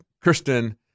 Kristen